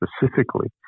specifically